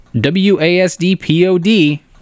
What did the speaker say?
w-a-s-d-p-o-d